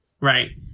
right